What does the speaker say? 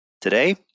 Today